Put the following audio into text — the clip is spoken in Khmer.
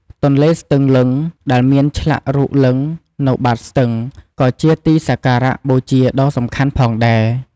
ទន្លេស្ទឹងលិង្គ ដែលមានឆ្លាក់រូបលិង្គនៅបាតស្ទឹង ក៏ជាទីសក្ការៈបូជាដ៏សំខាន់ផងដែរ។